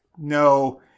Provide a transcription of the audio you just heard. No